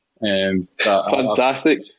Fantastic